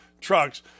trucks